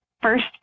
first